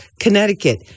Connecticut